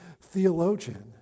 theologian